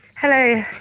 Hello